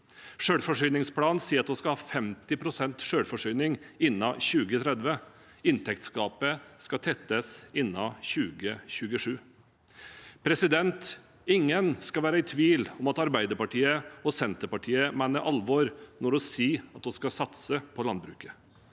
Selvforsyningsplanen sier at vi skal ha 50 pst. selvforsyning innen 2030, og inntektsgapet skal tettes innen 2027. Ingen skal være i tvil om at Arbeiderpartiet og Senterpartiet mener alvor når vi sier at vi skal satse på landbruket.